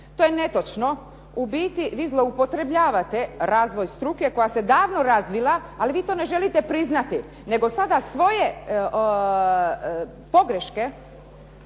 To je netočno, u biti vi zloupotrebljavate razvoj struke koja se davno razvila, ali vi to ne želite priznati nego sada svoje pogreške,